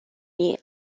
mii